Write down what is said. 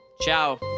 Ciao